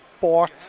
port